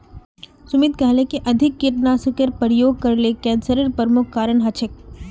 सुमित कहले कि अधिक कीटनाशेर प्रयोग करले कैंसरेर प्रमुख कारण हछेक